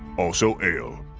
also ale!